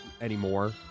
anymore